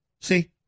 See